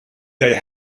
they